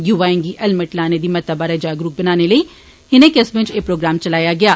युवाएं गी हैलमेट लाने दी महत्ता बारै जानकार बनाने लेई इनें कस्बें च एह् प्रोग्राम चलाया गेआ